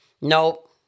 Nope